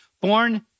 born